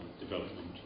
development